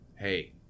Hey